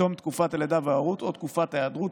מתום תקופת הלידה וההורות או תקופת ההיעדרות.